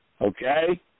Okay